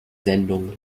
sendung